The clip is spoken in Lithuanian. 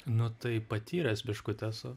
nu tai patyręs biškutį esu